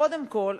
קודם כול,